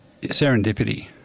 Serendipity